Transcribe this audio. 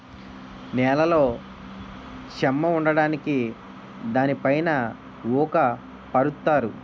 నేలలో చెమ్మ ఉండడానికి దానిపైన ఊక పరుత్తారు